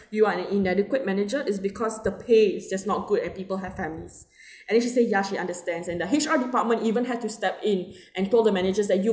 you are an inadequate manager is because the pay is just not good and people have families and then she said ya she understands and the H_R department even had to step in and told the managers that you